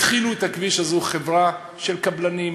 התחילה את הכביש הזה חברה של קבלנים,